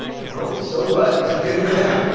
no, so what? like, good for them.